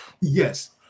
yes